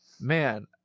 man